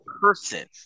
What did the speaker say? person